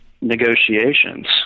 negotiations